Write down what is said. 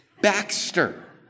Baxter